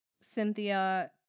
Cynthia